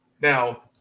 Now